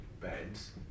beds